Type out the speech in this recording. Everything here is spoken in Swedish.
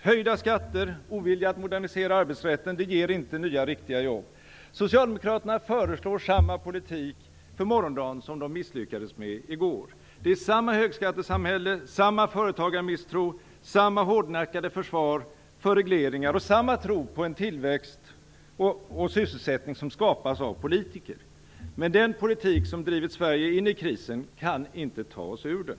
Höjda skatter och en ovilja att modernisera arbetsrätten ger inte nya riktiga jobb. Socialdemokraterna föreslår samma politik för morgondagen som den som de misslyckades med i går. Det är samma högskattesamhälle, samma företagarmisstro, samma hårdnackade försvar av regleringar och samma tro på tillväxt och sysselsättning som skapas av politiker. Men den politik som drivit Sverige in i krisen kan inte ta oss ur den.